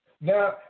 Now